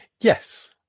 Yes